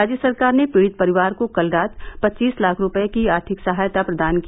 राज्य सरकार ने पीड़ित परिवार को कल रात पचीस लाख रुपये की आर्थिक सहायता प्रदान की